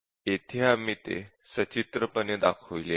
येथे आम्ही ते सचित्रपणे दाखविले आहे